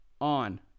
on